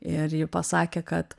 ir ji pasakė kad